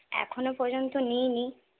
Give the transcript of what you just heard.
এখনও পর্যন্ত নিইনি